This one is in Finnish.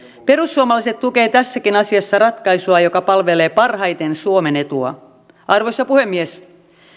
perussuomalaiset tukee tässäkin asiassa ratkaisua joka palvelee parhaiten suomen etua arvoisa puhemies